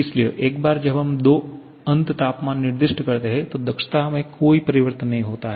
इसलिए एक बार जब हम दो अंत तापमान निर्दिष्ट करते हैं तो दक्षता में कोई परिवर्तन नहीं होता है